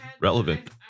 relevant